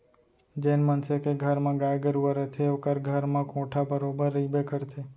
जेन मनसे के घर म गाय गरूवा रथे ओकर घर म कोंढ़ा बरोबर रइबे करथे